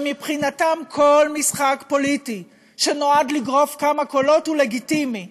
ומבחינתם כל משחק פוליטי שנועד לגרוף כמה קולות הוא לגיטימי.